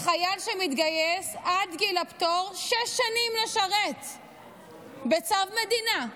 לחייל שמתגייס יהיו עד גיל הפטור שש שנים לשרת בצו מדינה.